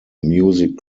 music